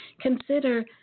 consider